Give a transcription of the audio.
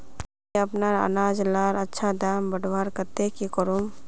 मुई अपना अनाज लार अच्छा दाम बढ़वार केते की करूम?